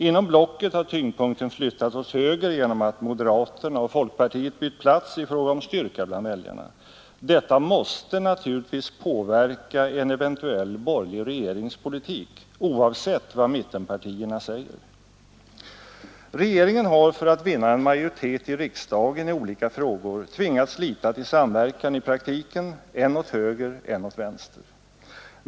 Inom blocket har tyngdpunkten flyttat åt höger genom att moderaterna och folkpartiet bytt plats i fråga om styrka bland väljarna. Det måste naturligtvis påverka en eventuell borgerlig regeringspolitik, oavsett vad mittenpartierna säger. Regeringen har för att vinna en majoritet i riksdagen i olika frågor tvingats lita till samverkan i praktiken än åt höger, än åt vänster.